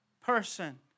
person